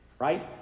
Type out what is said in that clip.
Right